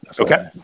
Okay